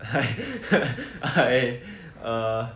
I I uh